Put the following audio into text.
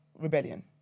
rebellion